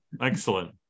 Excellent